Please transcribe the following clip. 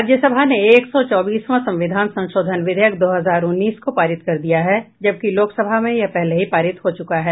राज्यसभा ने एक सौ चौबीसवां संविधान संशोधन विधेयक दो हजार उन्नीस को पारित कर दिया है जबकि लोकसभा में यह पहले ही पारित हो चुका है